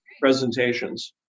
presentations